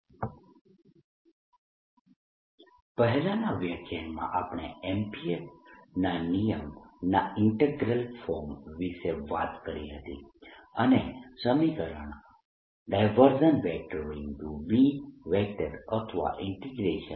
magnetic fields માટે vector potential પહેલાના વ્યાખ્યાનમાં આપણે એમ્પીયરના નિયમ Ampere's law ના ઈન્ટીગ્રલ ફોર્મ વિશે વાત કરી હતી અને સમીકરણ B અથવા B